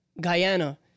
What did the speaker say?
Guyana